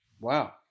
Wow